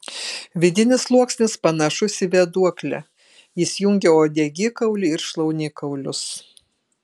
vidinis sluoksnis panašus į vėduoklę jis jungia uodegikaulį ir šlaunikaulius